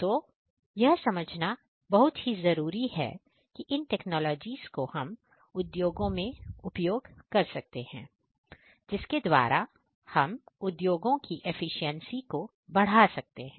तो यह समझना बहुत जरूरी है कि इन टेक्नोलॉजी को बढ़ा सकते हैं